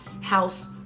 house